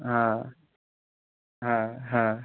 হ্যাঁ হ্যাঁ হ্যাঁ